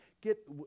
Get